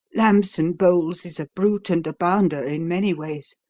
lambson-bowles is a brute and a bounder in many ways,